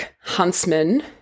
huntsman